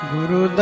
Guru